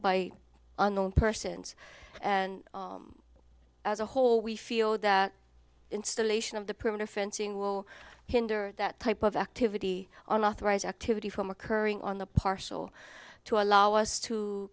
by unknown persons and as a whole we feel that installation of the perimeter fencing will hinder that type of activity on authorized activity from occurring on the partial to allow us to